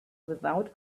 without